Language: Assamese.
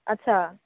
আচ্ছা